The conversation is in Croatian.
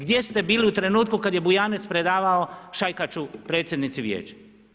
Gdje ste bili u trenutku kad je Bujanec predavao šajkaču predsjednici Vijeća?